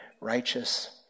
righteous